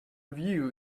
review